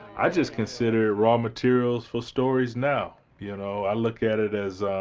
i just consider raw materials for stories now. you know, i look at it as,